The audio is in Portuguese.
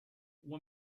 uma